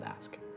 ask